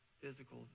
physical